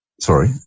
Sorry